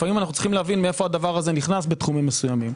לפעמים אנו צריכים להבין מאיפה זה נכנס בתחומים מסוימים.